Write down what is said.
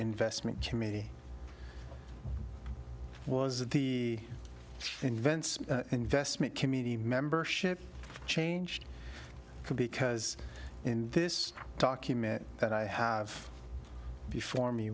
investment to me was that the invents investment community membership changed because in this document that i have before me